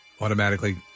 automatically